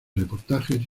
reportajes